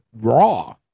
Raw